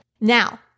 Now